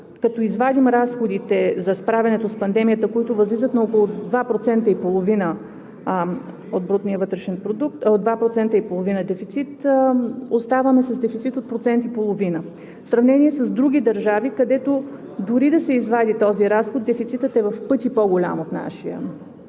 като извадим разходите за справянето с пандемията, които възлизат на около 2,5% дефицит, оставаме с дефицит от процент и половина, в сравнение с други държави, където дори да се извади този разход, дефицитът е в пъти по-голям от нашия.